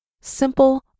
simple